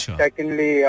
secondly